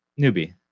Newbie